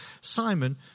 Simon